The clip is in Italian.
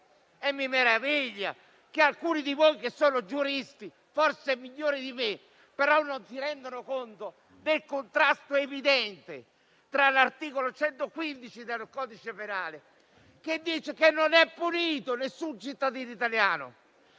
Mi meraviglia che alcuni di voi che sono giuristi, forse migliori di me, non si rendano conto del contrasto evidente tra l'articolo 115 del codice penale, che dice che nessun cittadino italiano